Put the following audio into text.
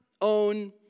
own